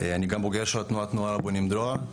אני גם בוגר של תנועת הנוער הבונים דרור,